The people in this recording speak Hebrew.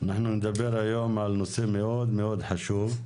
אנחנו נדבר היום על נושא מאוד מאוד חשוב,